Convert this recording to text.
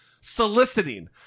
soliciting